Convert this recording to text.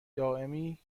دائمی